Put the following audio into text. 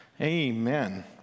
Amen